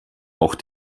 auch